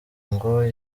ngo